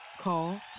Call